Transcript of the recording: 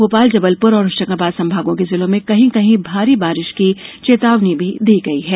भोपाल जबलपुर और होशंगाबाद संभागों के जिलों में कहीं कहीं भारी बारिश की चेतावनी भी दी गई है